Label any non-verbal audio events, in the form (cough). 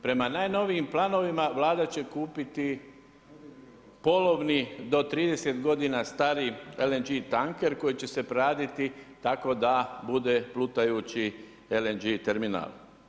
Prema najnovijim planovima Vlada će kupiti polovni, do 30 godina stari LNG tanker koji će se … (unintelligible) tako da bude plutajući LNG terminal.